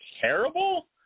Terrible